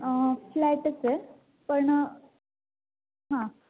फ्लॅटच आहे पण हां